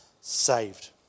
saved